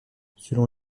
selon